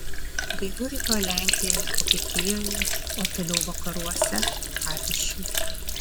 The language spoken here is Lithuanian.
gaivu rytoj lenkijoje ir vokietijoje o toliau vakaruose pavyzdžiui